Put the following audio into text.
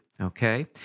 okay